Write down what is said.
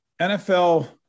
NFL